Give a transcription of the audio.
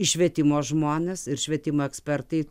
į švietimo žmones ir švietimo ekspertai